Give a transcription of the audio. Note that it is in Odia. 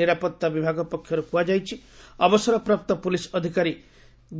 ନିରାପତ୍ତା ବିଭାଗ ପକ୍ଷରୁ କୁହାଯାଇଛି ଅବସରପ୍ରାପ୍ତ ପୁଲିସ୍ ଅଧିକାରୀ